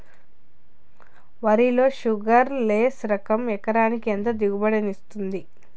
వరి లో sugarless less రకం ఎకరాకి ఎంత దిగుబడినిస్తుంది